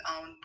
own